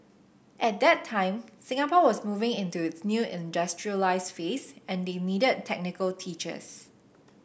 at that time Singapore was moving into its new industrialised phase and they needed technical teachers